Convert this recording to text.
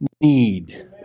need